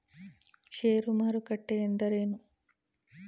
ಷೇರು ಮಾರುಕಟ್ಟೆ ಎಂದರೇನು?